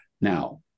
Now